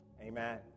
Amen